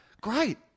Great